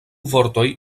vortoj